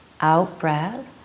out-breath